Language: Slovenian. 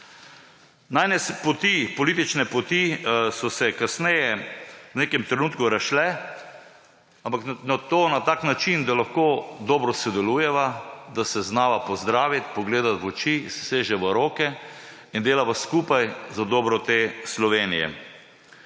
Najine poti, politične poti so se kasneje v nekem trenutku razšle, ampak na tak način, da lahko dobro sodelujeva, da se znava pozdraviti, pogledati v oči, seževa v roke in delava skupaj za dobro te Slovenije.